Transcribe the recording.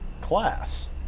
class